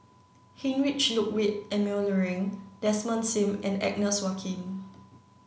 Heinrich Ludwig Emil Luering Desmond Sim and Agnes Joaquim